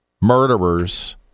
murderers